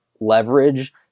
leverage